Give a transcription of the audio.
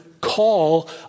call